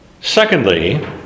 Secondly